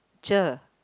cher